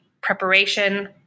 preparation